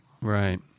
Right